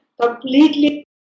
completely